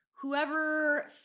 whoever